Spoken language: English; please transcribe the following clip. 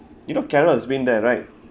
you know carol has been there right